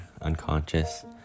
unconscious